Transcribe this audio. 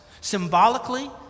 symbolically